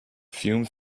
fumes